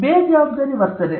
ಬೇಜವಾಬ್ದಾರಿ ವರ್ತನೆ